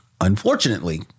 unfortunately